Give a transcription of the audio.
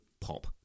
pop